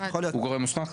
הוא גורם מוסמך?